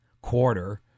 quarter